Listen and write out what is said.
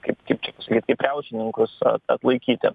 kaip kaip čia pasakyt kaip riaušininkus atlaikyti